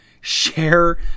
share